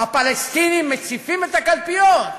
"הפלסטינים מציפים את הקלפיות"?